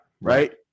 Right